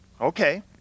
Okay